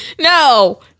No